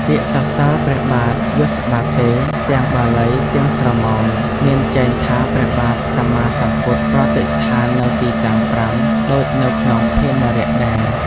ពាក្យសសើរព្រះបាទ «យស្សបាទេ» ទាំងបាលី ទាំងស្រមោល មានចែងថាព្រះបាទសម្មាសម្ពុទ្ធប្រតិស្ថាននៅទីទាំង៥ ដូចនៅក្នុងភាណរៈដែរ។